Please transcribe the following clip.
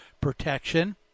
protection